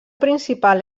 principal